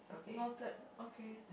noted okay